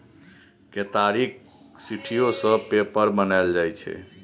केतारीक सिट्ठीयो सँ पेपर बनाएल जाइ छै